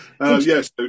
Yes